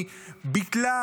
היא ביטלה